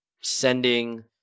sending